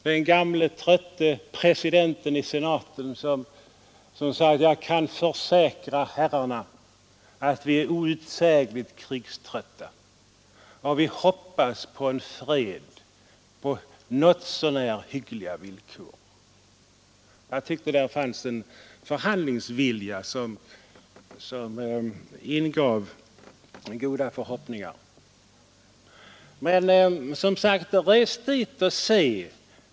Den gamle trötte presidenten i senaten sade: ”Jag kan försäkra herrarna att vi är outsägligt trötta på kriget och vi hoppas på en fred på hyggliga villkor.” Jag tyckte att där fanns en förhandlingsvilja som ingav goda förhoppningar. Men, som sagt: Res dit och se!